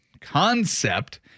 concept